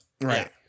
Right